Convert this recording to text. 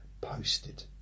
posted